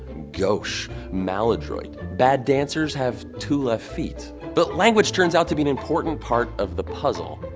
gauche. maladroit. bad dancers have two left feet. but language turns out to be an important part of the puzzle.